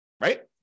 Right